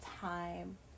time